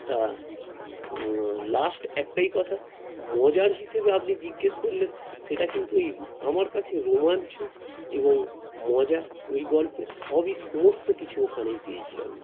তা লাস্ট একটাই কথা মজার হিসেবে আপনি জিজ্ঞেস করলেন সেটা কিন্তু ওই আমার কাছে রোমাঞ্চ এবং মজা ওই গল্পের সবই সমস্ত কিছু ওখানেই পেয়েছি আমি